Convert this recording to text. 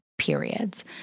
Periods